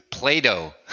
Play-Doh